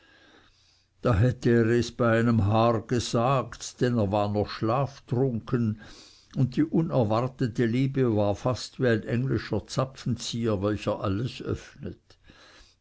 da hätte er es bei einem haar gesagt denn er war noch schlaftrunken und die unerwartete liebe war fast wie ein englischer zapfenzieher welcher alles öffnet